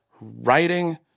writing